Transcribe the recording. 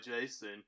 Jason